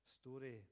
story